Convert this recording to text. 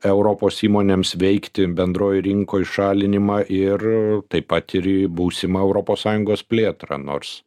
europos įmonėms veikti bendroj rinkoj šalinimą ir taip pat ir į būsimą europos sąjungos plėtrą nors